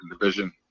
division